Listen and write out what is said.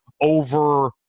over